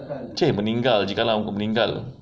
!chey! meninggal kalau aku meninggal